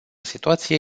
situație